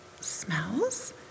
smells